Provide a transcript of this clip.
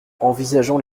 envisageant